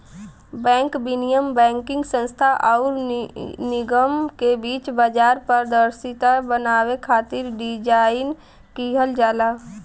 bank विनियम banking संस्थान आउर निगम के बीच बाजार पारदर्शिता बनावे खातिर डिज़ाइन किहल जाला